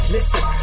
Listen